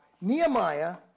Nehemiah